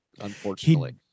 unfortunately